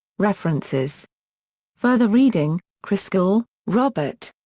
references further reading christgau, robert.